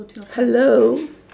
hello